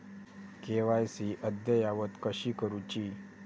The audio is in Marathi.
के.वाय.सी अद्ययावत कशी करुची?